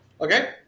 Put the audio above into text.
Okay